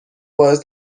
باعث